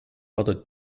other